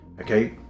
Okay